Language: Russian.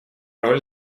роль